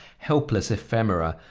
helpless ephemera,